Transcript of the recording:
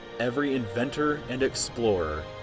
every inventor and explorer.